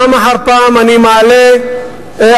פעם אחר פעם אני מעלה הצעות,